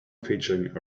featuring